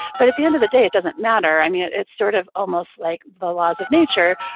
but at the end of the day, it doesn't matter. i mean, it's sort of almost like the laws of nature.